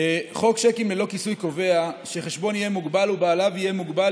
חוק צ'קים ללא כיסוי קובע שחשבון יהיה מוגבל ובעליו יהיה מוגבל